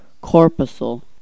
corpuscle